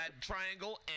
triangle